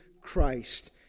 Christ